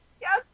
Yes